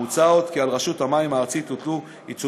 מוצע עוד כי על רשות המים הארצית יוטלו עיצומים